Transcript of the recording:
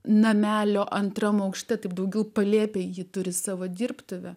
namelio antram aukšte tik daugiau palėpėje ji turi savo dirbtuvę